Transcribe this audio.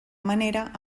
manera